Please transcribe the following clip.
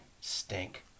stink